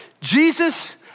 Jesus